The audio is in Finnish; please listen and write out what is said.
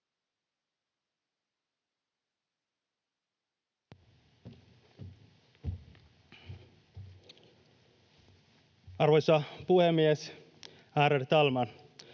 Arvoisa puhemies, ärade talman!